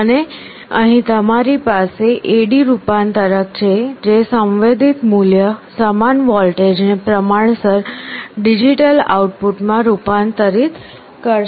અને અહીં તમારી પાસે AD રૂપાંતરક છે જે સંવેદિત મૂલ્ય સમાન વોલ્ટેજ ને પ્રમાણસર ડિજિટલ આઉટપુટમાં રૂપાંતરિત કરશે